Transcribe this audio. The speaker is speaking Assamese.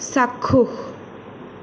চাক্ষুষ